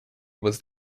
was